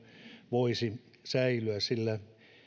voisi säilyä sillä